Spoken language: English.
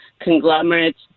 conglomerates